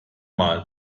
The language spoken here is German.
mal